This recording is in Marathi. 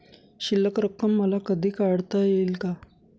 शिल्लक रक्कम मला कधी काढता येईल का?